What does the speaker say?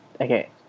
okay